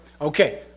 okay